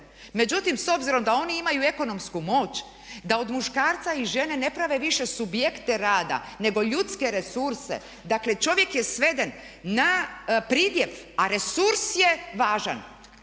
Međutim, s obzirom da oni imaju ekonomsku moć da od muškarca i žene ne prave više subjekte rada nego ljudske resurse, dakle čovjek je sveden na pridjev a resurs je važan,